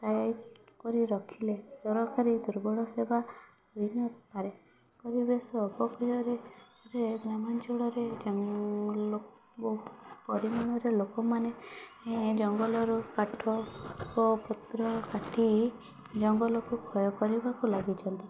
tight କରି ରଖିଲେ ସରକାରୀ ଦୁର୍ବଳ ସେବା ହୋଇ ନପାରେ ପରିବେଶ ଅପବ୍ୟୟରେ ତା'ପରେ ଗ୍ରାମାଞ୍ଚଳରେ ଯେଉଁ ପରିମାଣରେ ଲୋକମାନେ ଜଙ୍ଗଲରୁ କାଠ ଓ ପତ୍ର କାଟି ଜଙ୍ଗଲକୁ କ୍ଷୟ କରିବାକୁ ଲାଗିଛନ୍ତି